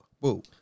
Boo